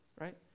Right